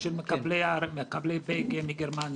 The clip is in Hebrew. של מקבלי הרנטות מגרמניה.